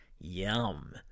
Yum